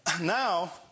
Now